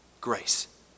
Grace